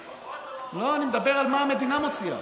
לא, אני אומר מה המדינה מוציאה.